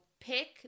pick